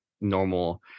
Normal